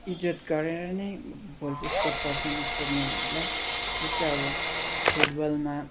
इज्जत गरेर नै बोल्छ स्पोर्टपर्सन स्पोर्टमेनहरूलाई जस्तै अब फुटबलमा